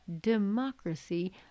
democracy